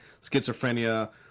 schizophrenia